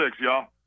y'all